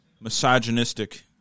misogynistic